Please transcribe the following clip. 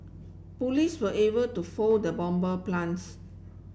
police were able to foil the bomber plans